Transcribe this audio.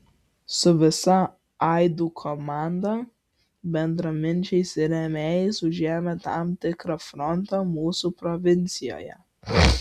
su visa aidų komanda bendraminčiais ir rėmėjais užėmė tam tikrą frontą mūsų provincijoje